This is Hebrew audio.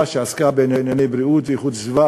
שעסקה בענייני בריאות ואיכות הסביבה,